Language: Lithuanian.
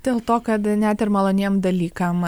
dėl to kad net ir maloniem dalykam